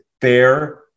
fair